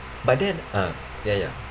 but then ah ya ya ya